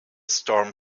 storm